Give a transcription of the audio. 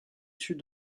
sud